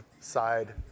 side